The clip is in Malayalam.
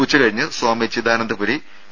ഉച്ചകഴിഞ്ഞ് സ്വാമി ചിദാനന്ദപുരി ഇ